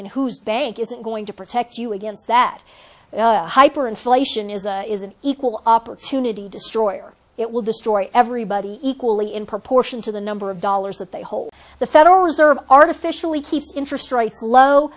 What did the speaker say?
in whose bank isn't going to protect you against that hyper inflation is a is an equal opportunity destroyer it will destroy everybody equally in proportion to the number of dollars that they hold the federal reserve artificially keeps interest rates low